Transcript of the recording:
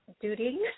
duty